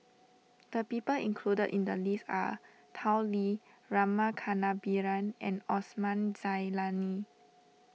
the people included in the list are Tao Li Rama Kannabiran and Osman Zailani